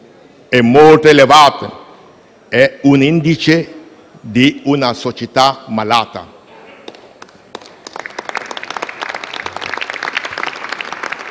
è molto elevata, è un indice di una società malata.